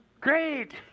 Great